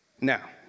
Now